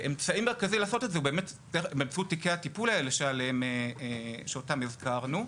אמצעי מרכזי לעשות את זה הוא באמצעות תיקי הטיפול האלה שאותם הזכרנו.